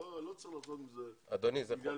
לא צריך לעשות מזה עניין גדול.